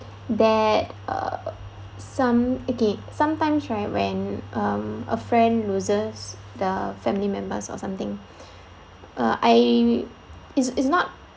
there uh some okay sometimes right when um a friend loses the family members or something uh I is is not